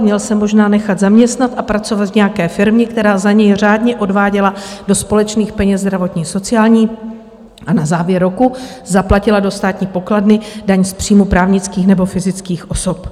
Měl se možná nechat zaměstnat a pracovat v nějaké firmě, která za něj řádně odváděla do společných peněz zdravotní, sociální a na závěr roku zaplatila do státní pokladny daň z příjmu právnických nebo fyzických osob.